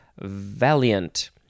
valiant